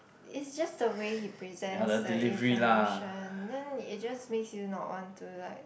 is just the way he presents the information then it just makes you not want to like